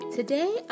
today